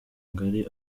ngari